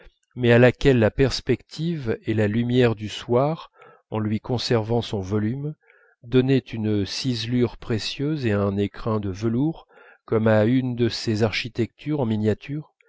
mais à laquelle la perspective et la lumière du soir en lui conservant son volume donnaient une ciselure précieuse et un écrin de velours comme à une de ces architectures en miniature